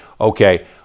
okay